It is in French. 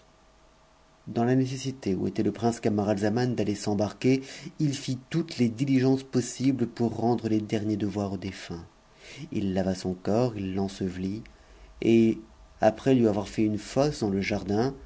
dans la nécessite où était le prince camaraizaman d'aller s'embarquer i fit toutes les diligences possibles pour rendre tes derniers devoirs au jphmt i lava son corps il l'ensevelit et après lui avoir fait une fosse dans le jardin